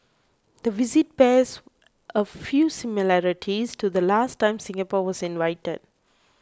the visit bears a few similarities to the last time Singapore was invited